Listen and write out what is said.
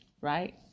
right